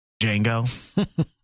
Django